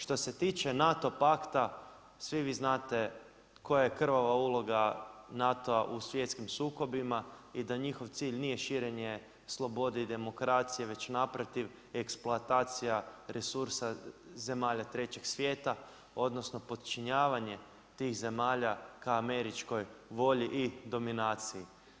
Što se tiče NATO pakta svi vi znate koja je krvava uloga NATO-a u svjetskim sukobima i da njihov cilj nije širenje slobode i demokracije već naprotiv eksploatacija resursa zemalja Trećeg svijeta odnosno podčinjavanje tih zemalja ka američkoj volji i dominaciji.